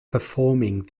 performing